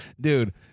dude